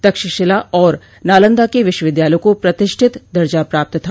तक्षशिला और नालंदा के विश्वविद्यालयों को प्रतिष्ठित दर्जा प्राप्त था